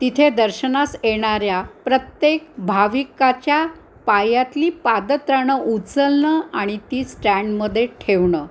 तिथे दर्शनास येणाऱ्या प्रत्येक भाविकाच्या पायातली पादत्राणं उजलणं आणि ती स्टँडमध्ये ठेवणं